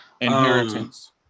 inheritance